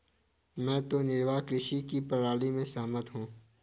मैं तो निर्वाह कृषि की प्रणाली से सहमत हूँ